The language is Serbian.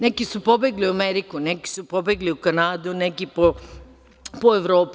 Neki su pobegli u Ameriku, neki su pobegli u Kanadu, neki po Evropi.